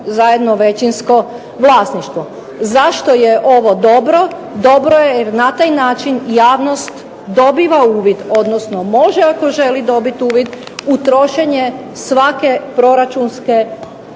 zajedno većinsko vlasništvo. Zašto je ovo dobro? Dobro je jer na taj način javnost dobiva uvid, odnosno može ako želi dobiti uvid u trošenje svake proračunske